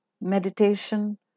meditation